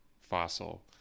fossil